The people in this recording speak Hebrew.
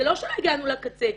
זה לא שלא הגענו לקצבה.